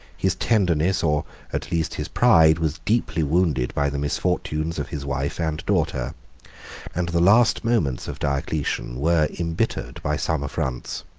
his tenderness, or at least his pride, was deeply wounded by the misfortunes of his wife and daughter and the last moments of diocletian were imbittered by some affronts,